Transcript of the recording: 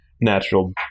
natural